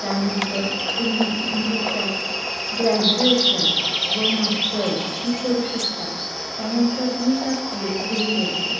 त्यानंतर तुम्ही नृत्यात ग्रॅज्युएशन व मास्टर्सही करू शकता त्यानंतर तुम्ही त्यात पीएच डीही करू शकता